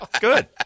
Good